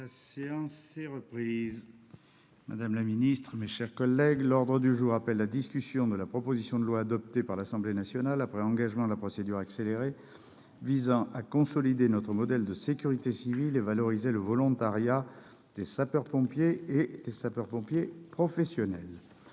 La séance est reprise. L'ordre du jour appelle la discussion de la proposition de loi, adoptée par l'Assemblée nationale après engagement de la procédure accélérée, visant à consolider notre modèle de sécurité civile et valoriser le volontariat des sapeurs-pompiers et les sapeurs-pompiers professionnels